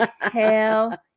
hell